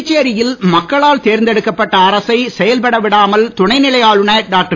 புதுச்சேரியில் மக்களால் தேர்ந்தெடுக்கப்பட்ட அரசை செயல்பட விடாமல் துணைநிலை ஆளுனர் டாக்டர்